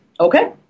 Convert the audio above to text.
Okay